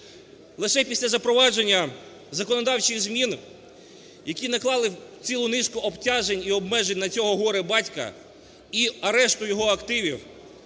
Лише після запровадження законодавчих змін, які наклали цілу низку обтяжень і обмежень на цього горе-батька і арешту його активів,